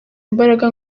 imbaraga